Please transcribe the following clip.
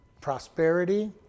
prosperity